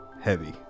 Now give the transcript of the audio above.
heavy